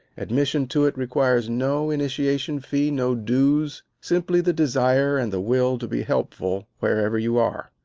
admission to it requires no initiation fee, no dues, simply the desire and the will to be helpful wherever you are.